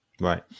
Right